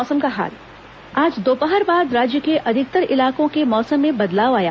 मौसम आज दोपहर बाद राज्य के अधिकतर इलाकों के मौसम में बदलाव आया